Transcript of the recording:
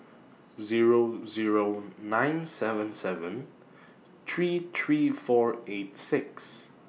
Zero Zero nine seven seven three three four eight six